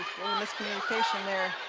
miscommunication there,